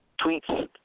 tweets